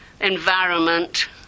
environment